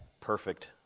perfect